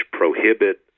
prohibit